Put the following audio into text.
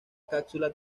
cápsula